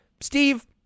Steve